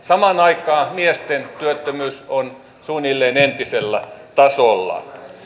samaan aikaan miesten työttömyys on suunnilleen entisellä tasolla